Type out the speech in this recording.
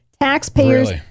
Taxpayers